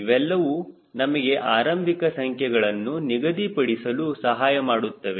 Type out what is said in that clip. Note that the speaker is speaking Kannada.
ಇವೆಲ್ಲವೂ ನಮಗೆ ಆರಂಭಿಕ ಸಂಖ್ಯೆಗಳನ್ನು ನಿಗದಿ ಪಡಿಸಲು ಸಹಾಯ ಮಾಡುತ್ತವೆ